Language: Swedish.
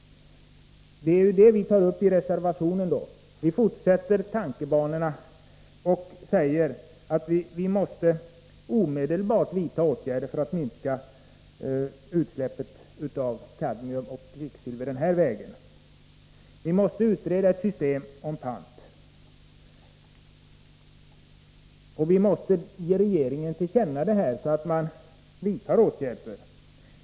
Detta tar vi upp i reservationen och fortsätter i tankebanorna genom att säga att det enligt utskottets mening är angeläget att regeringen omedelbart vidtar åtgärder för att minska utsläppen av kadmium och kvicksilver via batterier. Ett system med pant måste utredas, och riksdagen måste ge regeringen detta till känna, så att regeringen vidtar åtgärder.